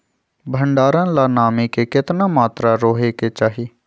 भंडारण ला नामी के केतना मात्रा राहेके चाही?